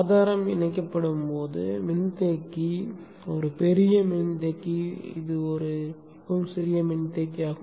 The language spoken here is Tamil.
ஆதாரம் அணைக்கப்படும் போது மின்தேக்கி ஒரு பெரிய மின்தேக்கி மற்றும் இது மிகவும் சிறிய மின்தேக்கி ஆகும்